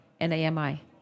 NAMI